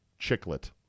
chiclet